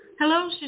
Hello